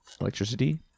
Electricity